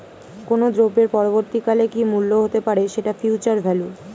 কোনো দ্রব্যের পরবর্তী কালে কি মূল্য হতে পারে, সেটা ফিউচার ভ্যালু